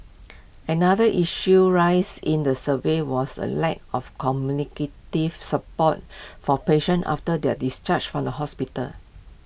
another issue raised in the survey was the lack of communicative support for patients after their discharge from the hospital